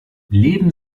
leben